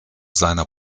seiner